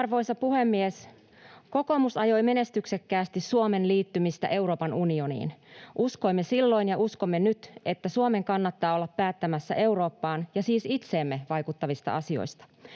Arvoisa puhemies! Kokoomus ajoi menestyksekkäästi Suomen liittymistä Euroopan unioniin. Uskoimme silloin ja uskomme nyt, että Suomen kannattaa olla päättämässä Eurooppaan ja siis itseemme vaikuttavista asioista.